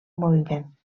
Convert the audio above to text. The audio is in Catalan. moviment